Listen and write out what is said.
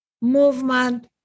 movement